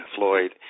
Floyd